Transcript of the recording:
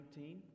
19